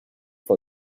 for